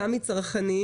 גם מצרכנים,